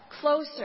closer